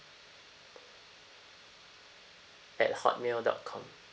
at Hotmail dot com